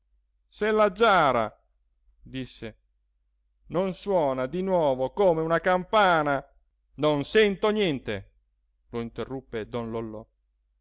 la giara disse non suona di nuovo come una campana non sento niente lo interruppe don lollò